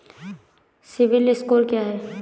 CIBIL score क्या है?